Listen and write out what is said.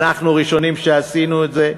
אנחנו הראשונים שעשינו את זה,